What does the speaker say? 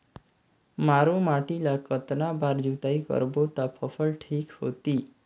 मारू माटी ला कतना बार जुताई करबो ता फसल ठीक होती?